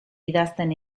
idazten